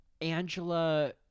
Angela